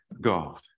God